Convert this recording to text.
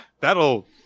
that'll